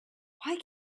why